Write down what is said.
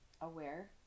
aware